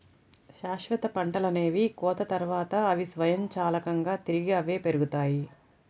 శాశ్వత పంటలనేవి కోత తర్వాత, అవి స్వయంచాలకంగా తిరిగి అవే పెరుగుతాయి